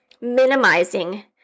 minimizing